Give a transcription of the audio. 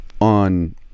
on